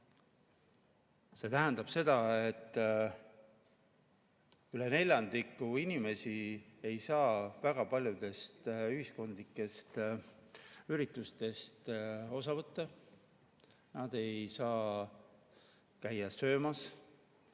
See tähendab seda, et üle neljandiku inimestest ei saa väga paljudest ühiskondlikest üritustest osa võtta. Nad ei saa käia söömas